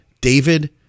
David